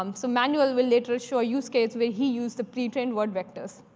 um so manuel will later show a use case where he used the pre-trained word vectors.